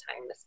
time